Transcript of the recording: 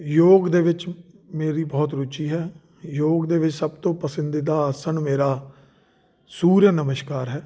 ਯੋਗ ਦੇ ਵਿੱਚ ਮੇਰੀ ਬਹੁਤ ਰੁਚੀ ਹੈ ਯੋਗ ਦੇ ਵਿੱਚ ਸਭ ਤੋਂ ਪਸੰਦੀਦਾ ਆਸਣ ਮੇਰਾ ਸੂਰਿਆ ਨਮਸਕਾਰ ਹੈ